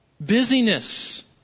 Busyness